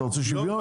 אתה רוצה שוויון?